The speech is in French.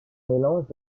mélange